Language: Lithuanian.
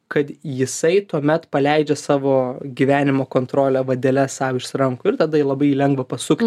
kad jisai tuomet paleidžia savo gyvenimo kontrolę vadeles sau iš rankų ir tada jį labai lengva pasukti